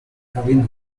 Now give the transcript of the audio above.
cabina